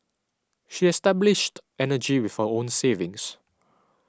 she established energy with her own savings